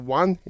one